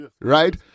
Right